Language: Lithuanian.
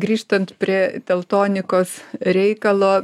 grįžtant prie teltonikos reikalo